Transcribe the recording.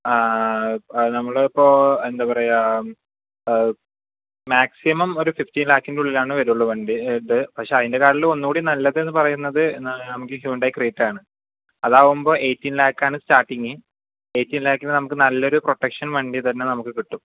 ആ അത് നമ്മളിപ്പോൾ എന്താ പറയുക മാക്സിമം ഒരു ഫിഫ്റ്റിൻ ലാക്കിനുള്ളിൽ ആണ് വരുള്ളൂ വണ്ടി പക്ഷെ അതിനേയും കാട്ടിൽ നല്ലതെന്ന് പറയുമ്പോൾ ഹ്യുണ്ടായ് ക്രെറ്റയാണ് അതാകുമ്പോൾ എയിടീൻ ലാകാണ് സ്റ്റാർട്ടിങ് എയിടീൻ ലാകിന് നല്ല ഒരു പ്രൊട്ടക്ഷൻ വണ്ടി തന്നെ നമുക്ക് കിട്ടും